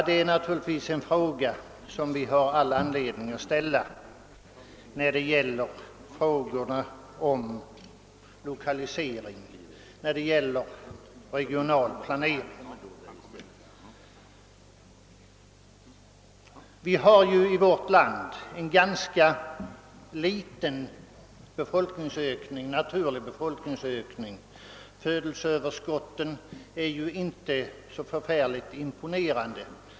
Den frågan finns det all anledning att ställa när det gäller lokalisering och regional planering. Vi har i vårt land en ganska liten naturlig befolkningsökning — födelseöverskottet är inte så imponerande.